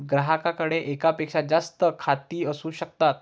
ग्राहकाकडे एकापेक्षा जास्त खाती असू शकतात